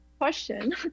question